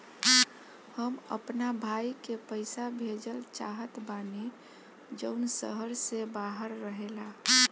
हम अपना भाई के पइसा भेजल चाहत बानी जउन शहर से बाहर रहेला